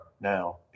now